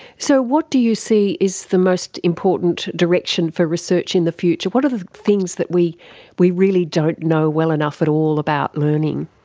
so what do you see is the most important direction for research in the future, what are the things that we we really don't know well enough at all about learning?